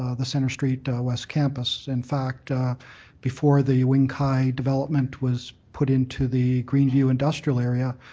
ah the centre street west campus. in fact before the wing kai development was put into the greenview industrial area,